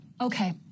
okay